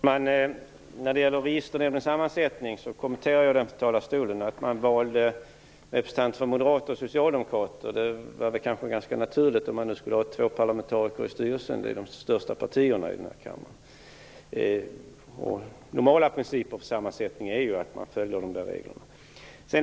Herr talman! Registernämndens sammansättning kommenterade jag tidigare här i talarstolen. Att representanter för Moderaterna och Socialdemokraterna valdes var kanske ganska naturligt, om det skulle vara två parlamentariker i styrelsen. Moderaterna och Socialdemokraterna är ju de största partierna här i riksdagen. Den normala principen för sammansättningen är att reglerna följs.